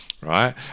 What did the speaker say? right